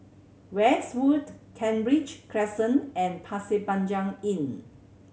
Westwood Kent Ridge Crescent and Pasir Panjang Inn